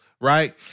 right